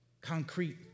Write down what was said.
concrete